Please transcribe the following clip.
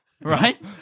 right